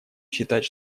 считать